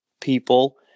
people